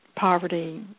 poverty